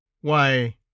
Why